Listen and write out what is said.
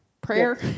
prayer